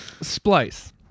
Splice